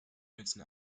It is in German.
nützen